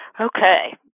Okay